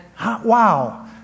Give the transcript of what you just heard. Wow